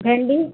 ଭେଣ୍ଡି